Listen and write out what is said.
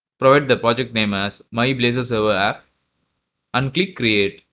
provide, the project name as my blazor server app and click create.